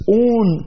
own